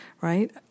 Right